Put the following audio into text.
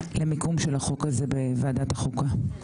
ולמיקום של החוק הזה בוועדת החוקה.